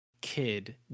kid